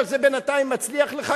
אבל בינתיים זה מצליח לך,